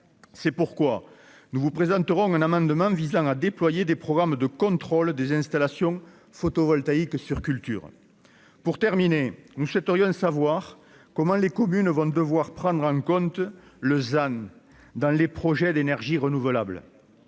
c'est pourquoi nous vous présenterons un amendement visant à déployer des programmes de contrôle des installations photovoltaïques sur Culture pour terminer nous souhaiterions savoir comment les communes vont devoir prendre en compte, Lausanne dans les projets d'énergies renouvelables